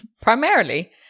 primarily